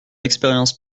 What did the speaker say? expérience